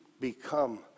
become